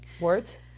words